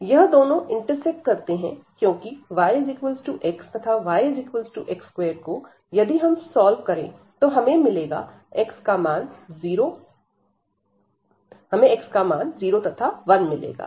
यह दोनों इंटरसेक्ट करते हैं क्योंकि yx तथा yx2 को यदि हम सॉल्व करें तो हमें मिलेगा x का मान 0 तथा 1 मिलेगा